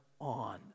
on